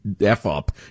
F-up